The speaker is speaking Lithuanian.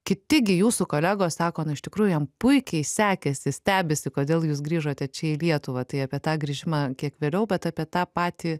kiti gi jūsų kolegos sako na iš tikrųjų jam puikiai sekėsi stebisi kodėl jūs grįžote čia į lietuvą tai apie tą grįžimą kiek vėliau bet apie tą patį